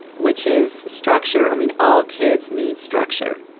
which is structure i mean, all kids need structure,